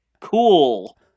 cool